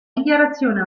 dichiarazione